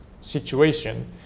situation